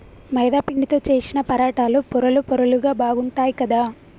మైదా పిండితో చేశిన పరాటాలు పొరలు పొరలుగా బాగుంటాయ్ కదా